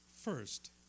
first